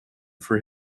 for